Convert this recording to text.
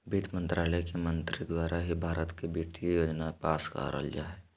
वित्त मन्त्रालय के मंत्री द्वारा ही भारत के वित्तीय योजना पास करल जा हय